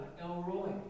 Elroy